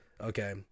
Okay